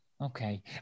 Okay